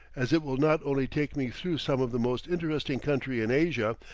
as it will not only take me through some of the most interesting country in asia,